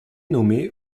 nommée